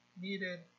needed